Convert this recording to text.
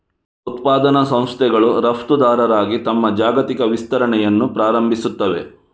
ಉತ್ಪಾದನಾ ಸಂಸ್ಥೆಗಳು ರಫ್ತುದಾರರಾಗಿ ತಮ್ಮ ಜಾಗತಿಕ ವಿಸ್ತರಣೆಯನ್ನು ಪ್ರಾರಂಭಿಸುತ್ತವೆ